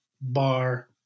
bar